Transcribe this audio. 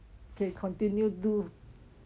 can continue do